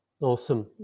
Awesome